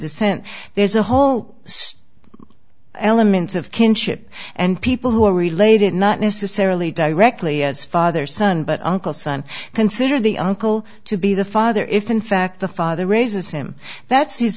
descent there's a whole elements of kinship and people who are related not necessarily directly as father son but uncle son considered the uncle to be the father if in fact the father raises him that's